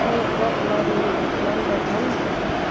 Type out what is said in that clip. के कट्लरी उपलब्ध छन्